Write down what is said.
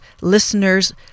listeners